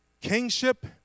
kingship